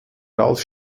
ralf